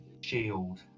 shield